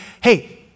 hey